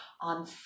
on